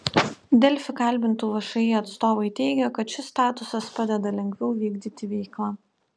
delfi kalbintų všį atstovai teigė kad šis statusas padeda lengviau vykdyti veiklą